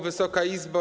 Wysoka Izbo!